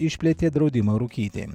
išplėtė draudimą rūkyti